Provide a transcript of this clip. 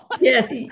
Yes